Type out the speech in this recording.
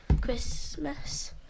Christmas